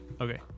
Okay